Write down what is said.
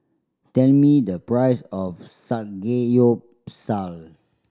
tell me the price of Samgeyopsal